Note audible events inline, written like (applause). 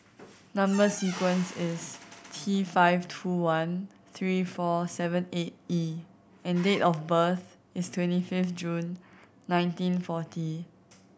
(noise) number sequence is T five two one three four seven eight E and date of birth is twenty fifth June nineteen forty